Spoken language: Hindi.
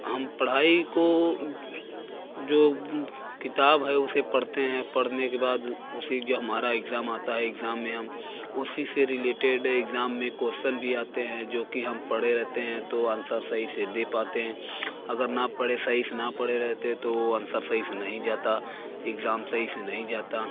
हम पढ़ाई को जो किताब है उसे पढ़ते हैं पढ़ने के बाद उसी का जब हमारा इक्ज़ाम आता है इक्ज़ाम में हम उसी से रिलेटेड इक्ज़ाम में कोस्चन भी आते हैं जो कि हम पढ़े रहते हैं तो आंसर सही से दे पाते हैं अगर ना पढ़े सही से ना पढ़े रहते तो आंसर सही से नहीं जाता इक्ज़ाम सही से नहीं जाता